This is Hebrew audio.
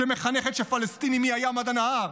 שמחנכת שפלסטין היא מהים עד הנהר